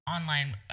online